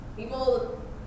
People